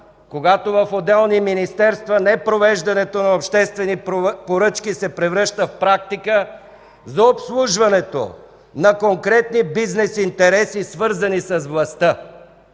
когато в отделни министерства непровеждането на обществени поръчки се превръща в практика за обслужването на конкретни бизнес интереси, свързани с властта!